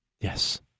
Yes